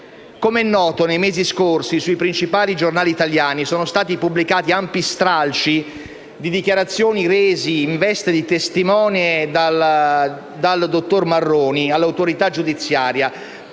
Come è noto, nei mesi scorsi, sui principali giornali italiani sono stati pubblicati ampi stralci di dichiarazioni rese in veste di testimone all'autorità giudiziaria